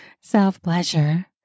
self-pleasure